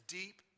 deep